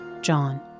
John